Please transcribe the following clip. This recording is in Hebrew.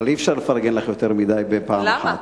אבל אי-אפשר לפרגן לך יותר מדי בפעם אחת.